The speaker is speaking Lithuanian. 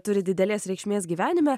turi didelės reikšmės gyvenime